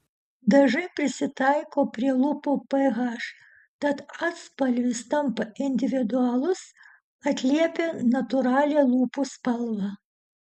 dažai prisitaiko prie lūpų ph tad atspalvis tampa individualus atliepia natūralią lūpų spalvą